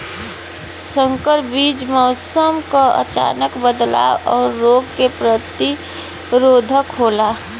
संकर बीज मौसम क अचानक बदलाव और रोग के प्रतिरोधक होला